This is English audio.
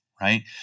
right